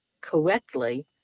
correctly